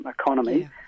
economy